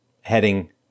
heading